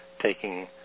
taking